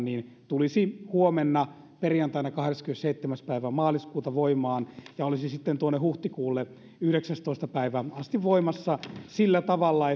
tulisi huomenna perjantaina kahdeskymmenesseitsemäs päivä maaliskuuta voimaan ja olisi sitten tuonne huhtikuulle yhdeksänteentoista päivään asti voimassa sillä tavalla